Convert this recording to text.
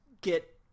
get